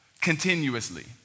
continuously